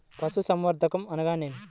పశుసంవర్ధకం అనగానేమి?